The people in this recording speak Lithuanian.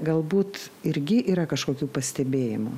galbūt irgi yra kažkokių pastebėjimų